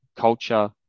Culture